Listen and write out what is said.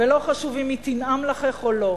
ולא חשוב אם היא תנעם לחך או לא.